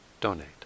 donate